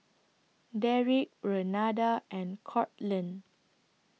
Deric Renada and Courtland